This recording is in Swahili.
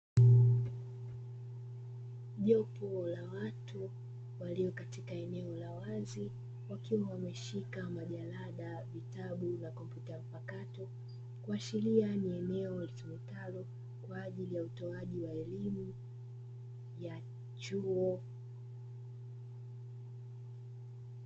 Jopo la watu walio katika eneo la wazi, wakiwa wameshika majalada, vitabu na kompyuta mpakato, kuashiria ni eneo litumikalo kwa ajili ya utoaji wa elimu ya chuo.